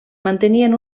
mantenien